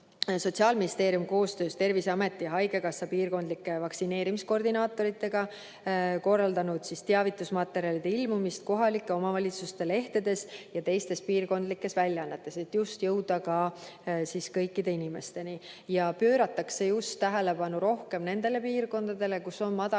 Sotsiaalministeerium koostöös Terviseameti ja haigekassa piirkondlike vaktsineerimiskoordinaatoritega korraldanud teavitusmaterjalide ilmumist kohalike omavalitsuste lehtedes ja teistes piirkondlikes väljaannetes, et jõuda kõikide inimesteni. Pööratakse rohkem tähelepanu just nendele piirkondadele, kus on madalam